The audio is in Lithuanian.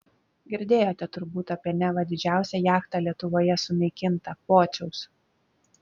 girdėjote turbūt apie neva didžiausią jachtą lietuvoje sunaikintą pociaus